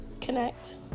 connect